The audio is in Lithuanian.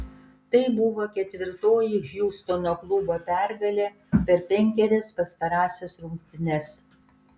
tai buvo ketvirtoji hjustono klubo pergalė per penkerias pastarąsias rungtynes